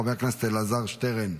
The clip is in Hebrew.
חבר הכנסת אלעזר שטרן,